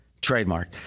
trademark